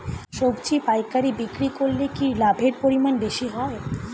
সবজি পাইকারি বিক্রি করলে কি লাভের পরিমাণ বেশি হয়?